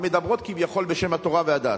המדברות כביכול בשם התורה והדת,